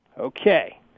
Okay